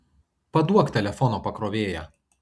paduok telefono pakrovėją